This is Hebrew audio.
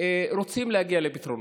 רוצים להגיע לפתרונות.